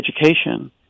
education